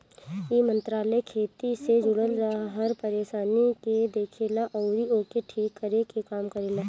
इ मंत्रालय खेती से जुड़ल हर परेशानी के देखेला अउरी ओके ठीक करे के काम करेला